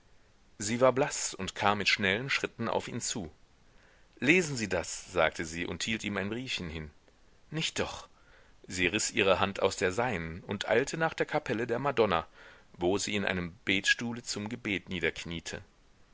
sie war blaß und kam mit schnellen schritten auf ihn zu lesen sie das sagte sie und hielt ihm ein briefchen hin nicht doch sie riß ihre hand aus der seinen und eilte nach der kapelle der madonna wo sie in einem betstuhle zum gebet niederkniete